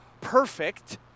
perfect